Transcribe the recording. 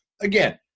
again